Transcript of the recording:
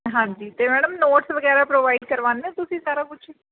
ਹਾਂਜੀ ਅਤੇ madam notes ਵਗੈਰਾ ਪ੍ਰੋਵਾਈਡ ਕਰਵਾਉਂਦੇ ਤੁਸੀਂ ਸਾਰਾ ਕੁਛ